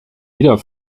wieder